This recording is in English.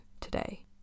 today